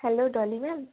hello Dolly ma'am